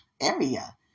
area